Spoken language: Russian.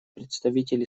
представитель